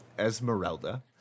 Esmeralda